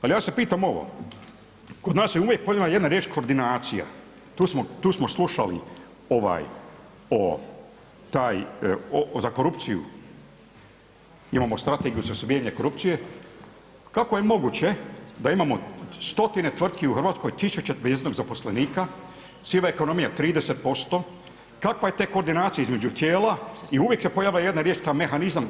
Ali ja se pitam ovo, kod nas se uvijek spominje jedna riječ koordinacija, tu smo slušali ovaj o taj za korupciju, imamo strategiju za suzbijanje korupcije, kako je moguće da imamo stotine tvrtki u Hrvatskoj, tisuće … zaposlenika, siva ekonomija 30%, kakva je tek koordinacija između tijela i uvijek se pojavi jedna riječ mehanizam.